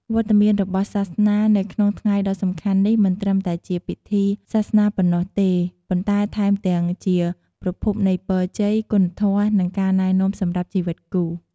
វត្តមានរបស់សាសនានៅក្នុងថ្ងៃដ៏សំខាន់នេះ មិនត្រឹមតែជាពិធីសាសនាប៉ុណ្ណោះទេ ប៉ុន្តែថែមទាំងជាប្រភពនៃពរជ័យ គុណធម៌ និងការណែនាំសម្រាប់ជីវិតគូ។